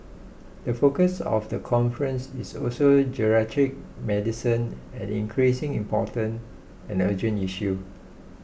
the focus of the conference is also geriatric medicine an increasingly important and urgent issue